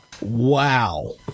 Wow